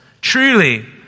Truly